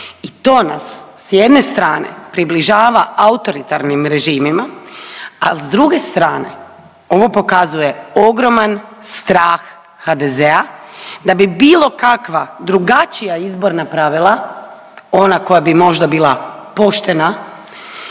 i to nas s jedne strane približava autoritarnim režimima, a s druge strane, ovo pokazuje ogroman strah HDZ-a da bi bilo kakva drugačija izborna pravila, ona koja bi možda bila poštena,